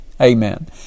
Amen